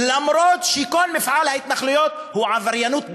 כל מפעל ההתנחלויות הוא עבריינות בין-לאומית,